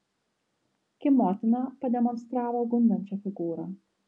kim motina pademonstravo gundančią figūrą